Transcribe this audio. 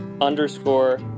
underscore